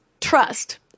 trust